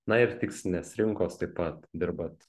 na ir tikslinės rinkos taip pat dirbat